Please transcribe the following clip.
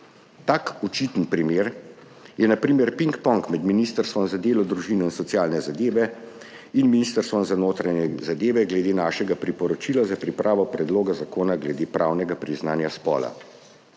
Tak očiten primer je na primer pingpong med Ministrstvom za delo, družino, socialne zadeve in enake možnosti in Ministrstvom za notranje zadeve glede našega priporočila za pripravo predloga zakona glede pravnega priznanja spola.